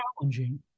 challenging